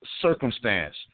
circumstance